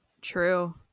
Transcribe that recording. True